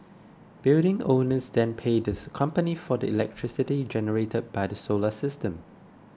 building owners then pay this company for the electricity generated by the solar system